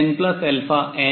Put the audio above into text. Cnn